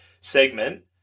segment